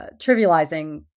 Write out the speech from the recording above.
trivializing